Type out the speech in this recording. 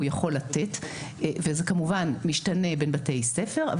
יכול לתת וזה כמובן משתנה בית בתי ספר,